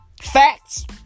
Facts